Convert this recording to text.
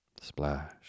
Splash